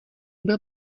byl